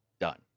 done